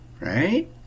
Right